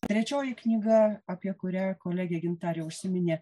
trečioji knyga apie kurią kolegė gintarė užsiminė